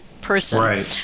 person